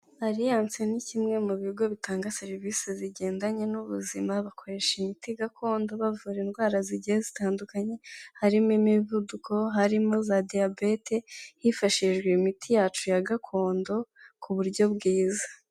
Alliance ni kimwe mu bigo bitanga serivisi zigendanye n'ubuzima, bakoresha imiti gakondo bavura indwara zigiye zitandukanye, harimo imivuduko, harimo za diyabete, hifashishijwe imiti yacu ya gakondo, ku buryo bwiza.